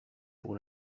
pour